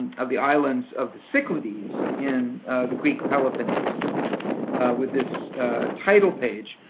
of the islands of the cyclades in the greek peloponnese with this title page,